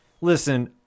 Listen